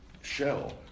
shell